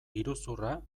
iruzurra